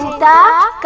dog,